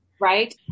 Right